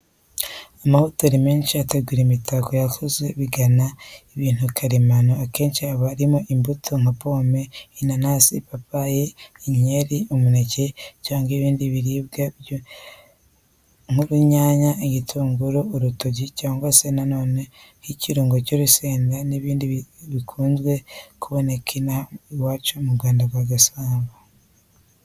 Amahoteri menshi ategura imitako yakozwe bigana ibintu karemano, akenshi aba ari imbuto nka pome, inanasi, ipapayi, inkeri, umuneke cyangwa ibindi biribwa nk'urunyanya, igitunguru, urutoryi cyangwa se na none ibirungo nk'urusenda n'ibindi bidakunze kuboneka inaha iwacu mu Rwanda rwa Gasabo.